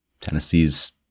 Tennessee's